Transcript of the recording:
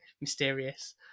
mysterious